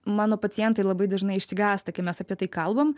mano pacientai labai dažnai išsigąsta kai mes apie tai kalbam